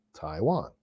Taiwan